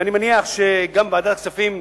ואני מניח שגם ועדת הכספים,